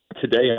Today